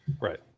Right